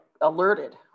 alerted